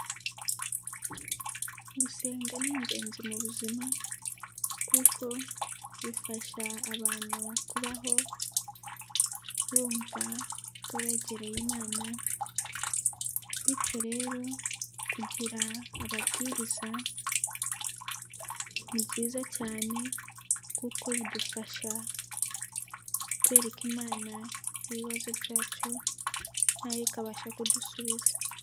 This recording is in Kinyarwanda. Gusenga ni ingenzi mu buzima kuko bifasha abantu kubaho bumva ko begereye Imana bityo rero kugira ababwiriza, ni nziza cyane kuko bidufasha kwereka Imana ibibazo byacu nayo ikabasha kudusubiza.